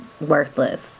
worthless